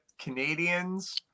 Canadians